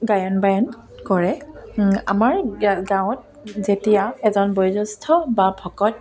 গায়ন বায়ন কৰে আমাৰ গাঁৱত যেতিয়া এজন বয়োজ্যেষ্ঠ বা ভকত